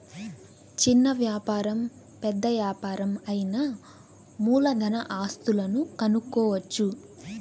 చిన్న వ్యాపారం పెద్ద యాపారం అయినా మూలధన ఆస్తులను కనుక్కోవచ్చు